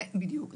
בדיוק,